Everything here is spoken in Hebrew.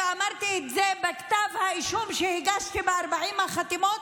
ואמרתי את זה בכתב האישום שהגשתי ב-40 החתימות.